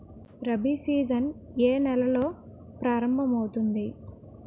Rabi season ఏ నెలలో ప్రారంభమౌతుంది?